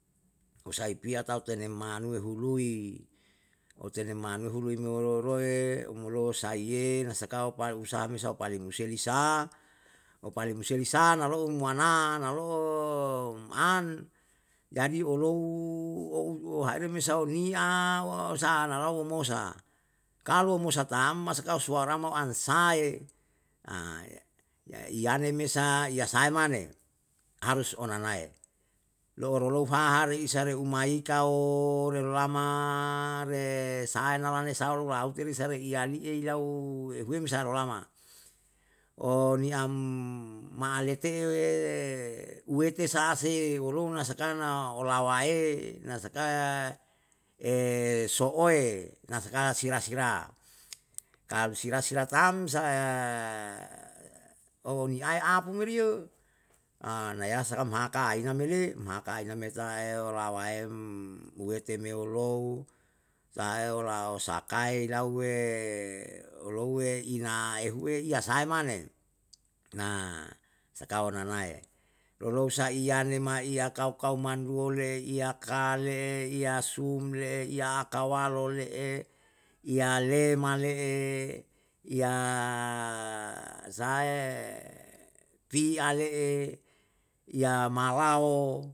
Usai piya tau tene manuwe hului, otene manuwe hului me olo roe roe omolou saiye, nasa kau pali usaha me sau pali musiye lisa, au palimuye na lo'ou muwana, nalo'o uman. jadi olouou ahere sau niya, sa'a na lau omosa. kalu omosa tam asakau suara mo ansae? iyane mese iya sae mane, harus onanae, lo'oru haha reisa re umaiko relo lama re sahae na la ne saule laute risa rei iya li'e yau reuwem saro lama. oniam ma'aalete'e le uwewte sase olou na sakan olawae na saka so'oena sakan sirasira, kalu sirasira tam, sae ooniae apu ne meri yo naya salam haka aina me le maka ahina me ta eo, lawaem uwete meo lou, taeyo lau sakai lauwe olowe ina ehuwe iya sahae mane, na sakao nane. llousa iyane maiya kau kau kau man boleh iyaka le, iya sumle'e, iya akawalo le'e, yalema le'e, ya sahae piya le'e, ya malao